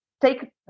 take